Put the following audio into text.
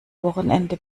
wochenende